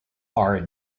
are